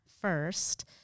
first